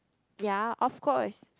ya of course